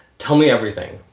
tell me everything